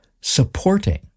Supporting